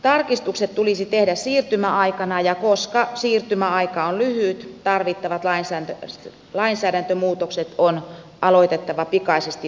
tarkistukset tulisi tehdä siirtymäaikana ja koska siirtymäaika on lyhyt tarvittavia lainsäädäntömuutoksia on alettava pikaisesti valmistella